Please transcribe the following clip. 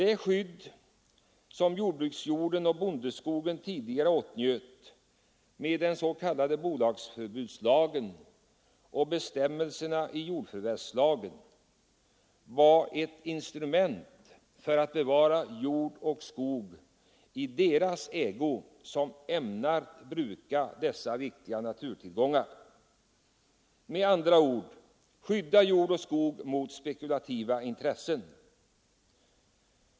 Det skydd som jordbruksjorden och bondeskogen tidigare åtnjöt med den s.k. bolagsförbudslagen och bestämmelserna i jordförvärvslagen var ett instrument för att bevara jord och skog i deras ägo, som ämnade bruka dessa viktiga naturtillgångar; med andra ord för att skydda jord och skog mot spekulativa intressen.